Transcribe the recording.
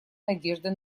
надежды